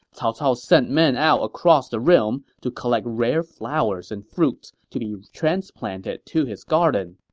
cao cao sent men out across the realm to collect rare flowers and fruits to be transplanted to his garden.